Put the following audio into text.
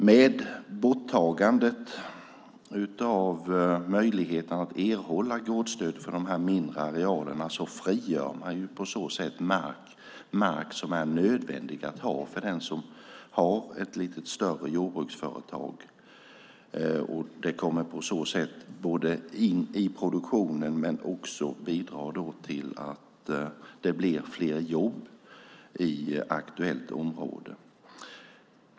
Med borttagandet av möjligheten att erhålla gårdsstöd för de mindre arealerna frigörs mark som är nödvändig för den som har ett lite större jordbruksföretag. Marken kommer på så sätt in i produktionen och bidrar till att det blir fler jobb i aktuellt område.